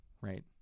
right